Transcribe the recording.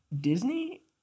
Disney